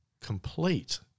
complete